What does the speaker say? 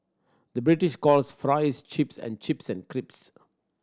the British calls fries chips and chips and crisps